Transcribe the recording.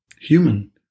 human